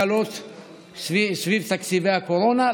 ההקלות סביב תקציבי הקורונה,